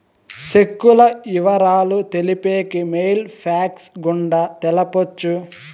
సెక్కుల ఇవరాలు తెలిపేకి మెయిల్ ఫ్యాక్స్ గుండా తెలపొచ్చు